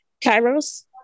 Kairos